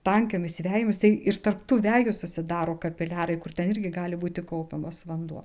tankiomis vejomis tai ir tarp tų vejų susidaro kapiliarai kur ten irgi gali būti kaupiamas vanduo